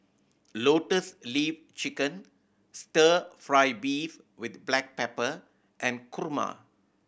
Lotus Leaf Chicken Stir Fry beef with black pepper and kurma